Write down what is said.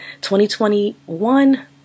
2021